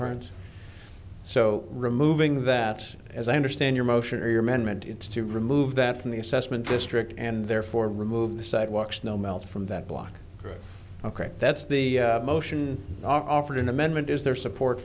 conference so removing that as i understand your motion or your amendment it's to remove that from the assessment district and therefore remove the sidewalk snow melt from that block ok that's the motion offered an amendment is there support